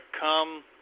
come